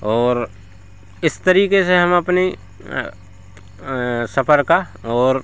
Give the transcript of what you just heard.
और इस तरीक़े से हम अपनए सफर का और